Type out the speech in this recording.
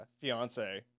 fiance